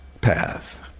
path